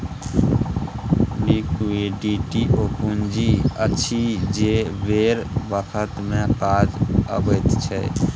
liquidity ओ पुंजी अछि जे बेर बखत मे काज अबैत छै